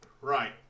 Right